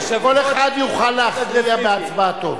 כל אחד יוכל להכריע בהצבעתו.